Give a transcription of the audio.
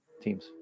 teams